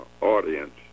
audience